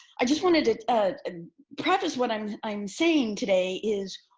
i just wanted to ah ah preface what i'm i'm saying today is,